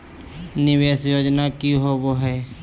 निवेस योजना की होवे है?